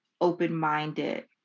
open-minded